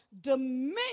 dominion